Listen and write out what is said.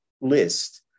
list